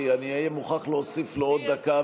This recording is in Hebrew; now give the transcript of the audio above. כי אני אהיה מוכרח להוסיף לו עוד דקה,